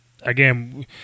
Again